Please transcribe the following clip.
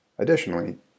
Additionally